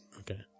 Okay